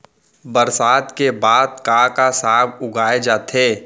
बरसात के बाद का का साग उगाए जाथे सकत हे?